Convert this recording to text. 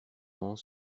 ans